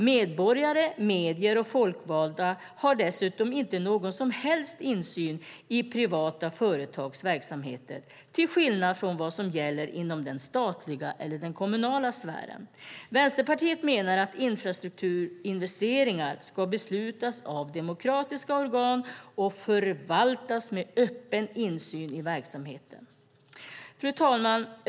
Medborgare, medier och folkvalda har dessutom inte någon som helst insyn i privata företags verksamheter, till skillnad från vad som gäller inom den statliga eller den kommunala sfären. Vänsterpartiet menar att infrastrukturinvesteringar ska beslutas av demokratiska organ och förvaltas med öppen insyn i verksamheten. Fru talman!